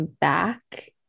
back